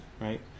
right